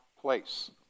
place